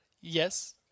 Yes